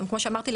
כמו שאמרתי,